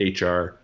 HR